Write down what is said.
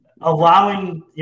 allowing